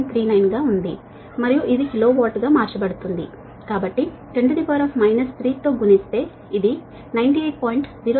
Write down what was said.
39 గా ఉంది మరియు ఇది కిలో వాట్ గా మార్చబడుతుంది కాబట్టి 10 3 తో గుణిస్తే ఇది 98